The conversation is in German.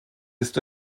ist